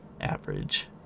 average